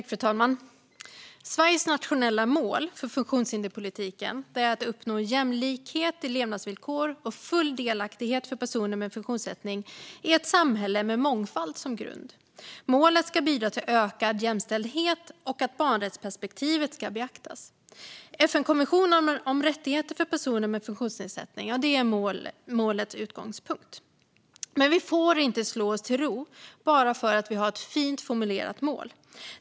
Fru talman! Sveriges nationella mål för funktionshinderspolitiken är att uppnå jämlikhet i levnadsvillkor och full delaktighet för personer med funktionsnedsättning i ett samhälle med mångfald som grund. Målet ska bidra till ökad jämställdhet och till att barnrättsperspektivet ska beaktas. FN-konventionen om rättigheter för personer med funktionsnedsättning är målets utgångspunkt. Men vi får inte slå oss till ro bara för att vi har ett fint formulerat mål.